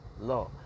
law